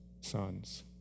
sons